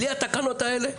בלי התקנות האלה?